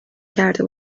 کرده